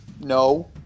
No